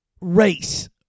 race